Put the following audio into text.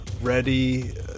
ready